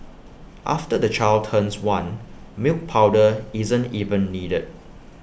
after the child turns one milk powder isn't even needed